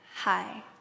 Hi